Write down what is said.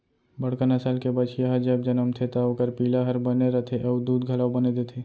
बड़का नसल के बछिया ह जब जनमथे त ओकर पिला हर बने रथे अउ दूद घलौ बने देथे